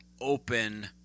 open